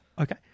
Okay